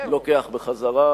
לוקח בחזרה,